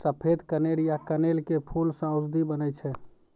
सफेद कनेर या कनेल के फूल सॅ औषधि बनै छै